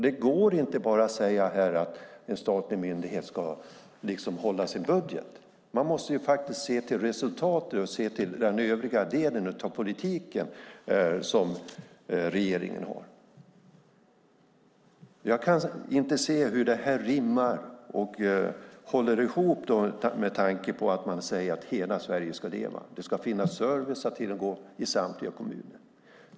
Det går inte att bara säga att en statlig myndighet ska hålla sin budget. Man måste se till resultatet och se till den övriga delen av den politik som regeringen för. Jag kan inte se hur det här rimmar och håller ihop med tanken att hela Sverige ska leva. Det ska finnas service att tillgå i samtliga kommuner.